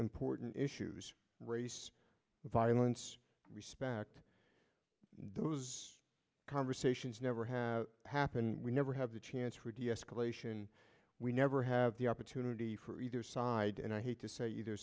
important issues of violence respect those conversations never have happened we never have the chance for deescalation we never have the opportunity for either side and i hate to say either